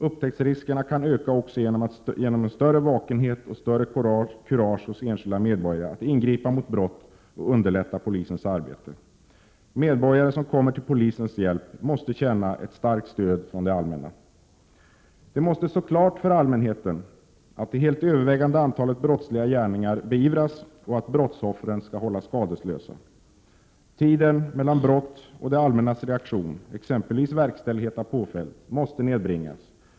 Upptäcktsriskerna kan öka också genom större vakenhet och kurage hos enskilda medborgare när det gäller att ingripa mot brott och att underlätta polisens arbete. Medborgare som kommer till polisens hjälp måste känna ett starkt stöd från det allmänna. Det måste stå klart för allmänheten att det helt övervägande antalet brottsliga gärningar beivras och att brottsoffren skall hållas skadeslösa. Tiden mellan brott och det allmännas reaktion, exempelvis verkställighet av påföljd, måste nedbringas.